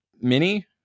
Mini